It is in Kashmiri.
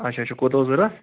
اچھا اچھا کوٗتاہ اوس ضروٗرت